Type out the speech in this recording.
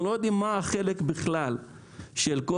אנחנו לא יודעים מה בכלל החלק של כל